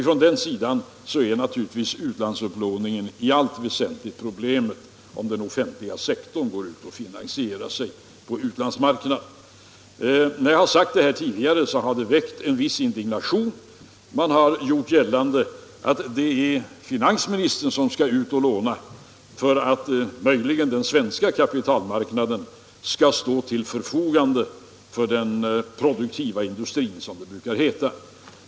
Ur den synpunkten är naturligtvis utlandsupplåningen i allt väsentligt problemet, om den offentliga sektorn finansierar sin verksamhet där. När jag tidigare har sagt detta, så har det väckt en viss indignation. Man har gjort gällande att det är finansministern som skall ut och låna i utlandet för att den svenska kapitalmarknaden skall stå till förfogande för den produktiva industrin, som det brukar heta.